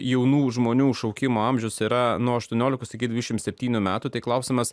jaunų žmonių šaukimo amžius yra nuo aštuoniolikos iki dvidešimt septynių metų tai klausimas